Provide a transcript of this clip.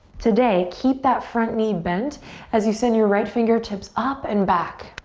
today, keep that front knee bent as you send your right fingertips up and back.